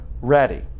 ready